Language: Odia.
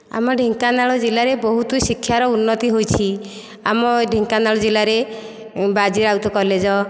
ଆମ ଢେଙ୍କାନାଳ ଜିଲ୍ଲାରେ ବହୁତ ଶିକ୍ଷାର ଉନ୍ନତି ହୋଇଛି ଆମ ଢେଙ୍କାନାଳ ଜିଲ୍ଲାରେ ବାଜି ରାଉତ କଲେଜ୍